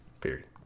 Period